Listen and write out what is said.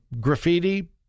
graffiti